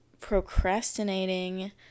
procrastinating